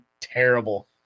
terrible